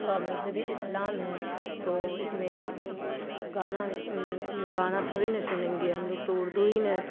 کا مذہبِ اسلام ہے تو اس میں گانا گانا تھوڑی نا سنیں گے ہم لوگ تو اردو ہی نے